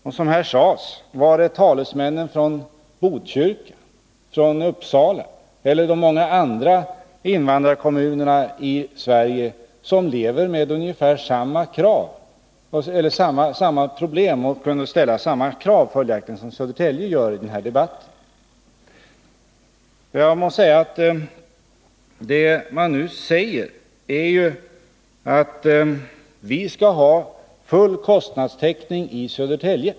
Och som det sades här: Var är talesmännen från Botkyrka, från Uppsala och från de många andra invandrarkommunerna i Sverige som lever med ungefär samma problem och som följaktligen kunde ställa samma krav som Södertälje gör i denna debatt? Det man nu säger är: Vi skall ha full kostnadstäckning i Södertälje.